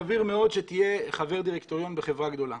סביר מאוד שתהיה חבר דירקטוריון בחברה גדולה.